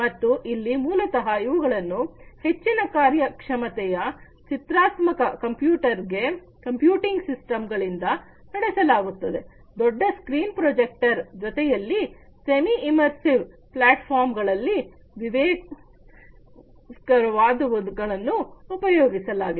ಮತ್ತು ಇಲ್ಲಿ ಮೂಲತಃ ಇವುಗಳನ್ನು ಹೆಚ್ಚಿನ ಕಾರ್ಯಕ್ಷಮತೆಯ ಚಿತ್ರಾತ್ಮಕ ಕಂಪ್ಯೂಟಿಂಗ್ ಸಿಸ್ಟಮ್ ಗಳಿಂದ ನಡೆಸಲಾಗುತ್ತದೆ ದೊಡ್ಡ ಸ್ಕ್ರೀನ್ ಪ್ರೋಜೆಕ್ಟರ್ ಜೊತೆಯಲ್ಲಿ ಸೆಮಿ ಇಮರ್ಸಿವ್ ಪ್ಲಾಟ್ಫಾರ್ಮ್ ಗಳು ಇವೇ ಮೊದಲಾದವುಗಳನ್ನು ಉಪಯೋಗಿಸಲಾಗಿದೆ